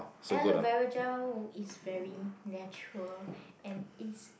aloe vera gel is very natural and is